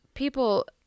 People